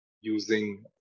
using